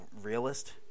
realist